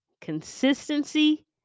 Consistency